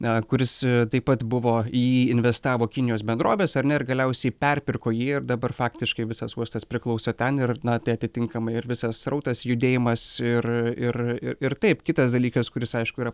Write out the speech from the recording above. na kuris taip pat buvo į jį investavo kinijos bendrovės ar ne ir galiausiai perpirko jį ir dabar faktiškai visas uostas priklauso ten ir na tai atitinkamai ir visas srautas judėjimas ir ir ir taip kitas dalykas kuris aišku yra